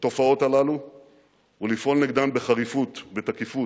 התופעות האלה ולפעול נגדן בחריפות ובתקיפות.